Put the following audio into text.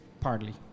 partly